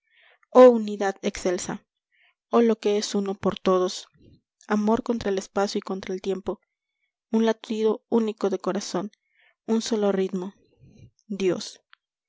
oh unidad excelsa oh lo que es uno por todos amor contra el espacio y contra el tiempo un latido único de corazón un sólo ritmo dios